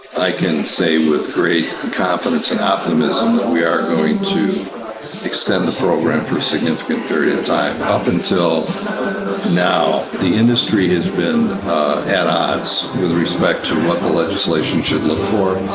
i can say with great confidence and optimism that we are going to extend the program for a significant period of time. up until now the industry has been at odds with respect to what the legislation should look for.